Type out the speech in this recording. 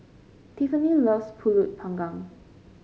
Tiffanie loves pulut Panggang